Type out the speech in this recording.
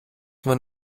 man